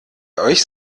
euch